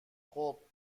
خوب